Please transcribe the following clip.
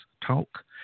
talk